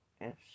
Yes